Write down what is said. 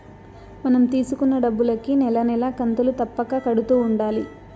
మనం తీసుకున్న డబ్బులుకి నెల నెలా కంతులు తప్పక కడుతూ ఉండాలి